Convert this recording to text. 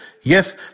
Yes